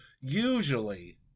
usually